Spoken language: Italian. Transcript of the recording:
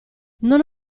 non